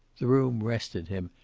the room rested him,